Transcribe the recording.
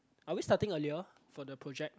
are we starting earlier for the project